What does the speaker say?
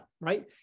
right